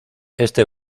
este